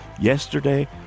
Yesterday